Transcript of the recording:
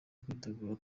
kwitegura